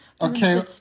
Okay